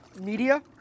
media